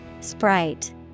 Sprite